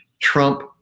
trump